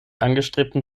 angestrebten